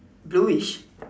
blueish